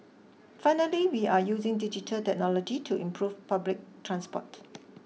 finally we are using digital technology to improve public transport